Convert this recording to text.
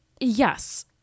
yes